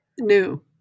New